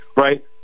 right